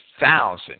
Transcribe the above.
thousand